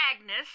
Agnes